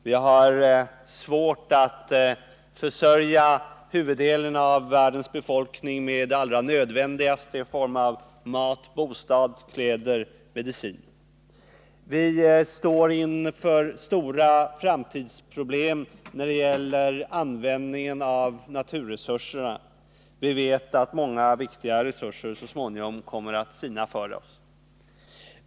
Vi har svårt att försörja huvuddelen av världens befolkning med det allra nödvändigaste i form av mat, bostäder, kläder och medicin. Vi står inför stora framtidsproblem när det gäller användningen av naturresurserna. Vi vet att många viktiga resurser så småningom kommer att sina för oss.